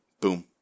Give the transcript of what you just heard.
boom